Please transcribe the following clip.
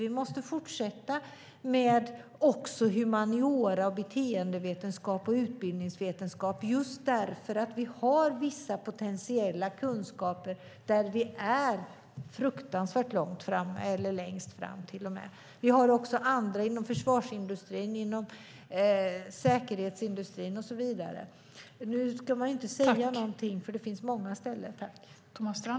Vi måste också fortsätta med humaniora, beteendevetenskap och utbildningsvetenskap just därför att vi har vissa potentiella kunskaper där vi är mycket långt framme eller till och med längst fram. Det finns också andra, inom försvarsindustrin, säkerhetsindustrin och så vidare. Nu ska man inte säga mer, för det finns många ställen.